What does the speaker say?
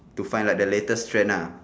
to find like the latest trend lah